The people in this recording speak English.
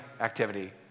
activity